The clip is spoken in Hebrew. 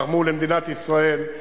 תרמו למדינת ישראל,